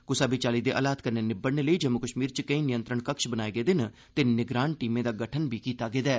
कुसै बी चाल्ली दे हालात कन्नै निब्बड़ने लेई जम्मू कश्मीर च केई नियंत्रण कक्ष बनाए गेदे न ते निगरान टीमें दा गठन बी कीता गेदा ऐ